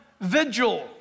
vigil